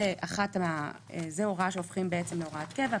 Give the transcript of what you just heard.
זאת הוראה שבה הופכים הוראת קבע,